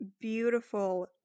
beautiful